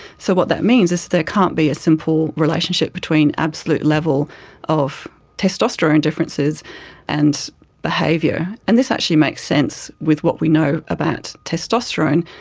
so what that means is there can't be a simple relationship between absolute level of testosterone differences and behaviour. and this actually makes sense with what we know about testosterone.